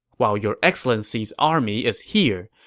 while your excellency's army is here,